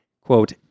quote